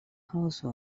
house